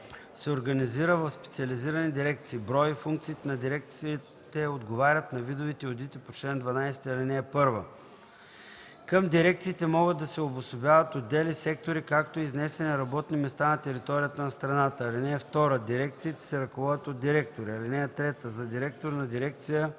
се организира в специализирани дирекции. Броят и функциите на дирекциите отговарят на видовете одити по чл. 12, ал. 1. Към дирекциите могат да се обособяват отдели, сектори, както и изнесени работни места на територията на страната. (2) Дирекциите се ръководят от директори. (3) За директор на дирекция